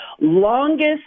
longest